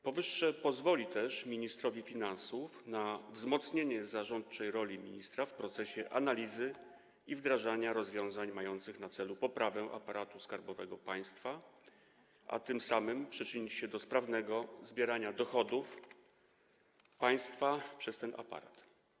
Powyższe pozwoli też ministrowi finansów na wzmocnienie zarządczej roli ministra w procesie analizowania i wdrażania rozwiązań mających na celu poprawę aparatu skarbowego państwa, co przyczyni się do sprawnego zbierania dochodów państwa przez ten aparat.